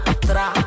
tra